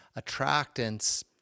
attractants